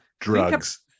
drugs